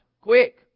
Quick